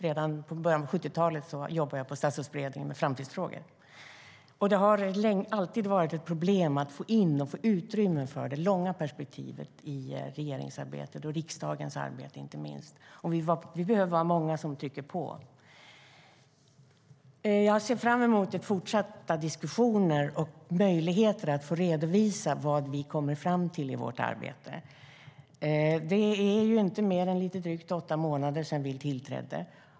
Redan i början av 1970-talet jobbade jag i Statsrådsberedningen med framtidsfrågor. Det har alltid varit ett problem att få in och få utrymme för det långa perspektivet i regeringsarbetet och inte minst i riksdagens arbete. Vi behöver vara många som trycker på. Jag ser fram emot fortsatta diskussioner och möjligheter att få redovisa vad vi kommer fram till i vårt arbete. Det är inte mer än drygt åtta månader sedan vi tillträdde.